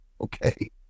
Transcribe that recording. Okay